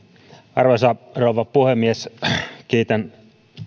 arvoisa rouva puhemies kiitän